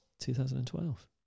2012